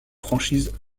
franchise